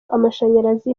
amashanyarazi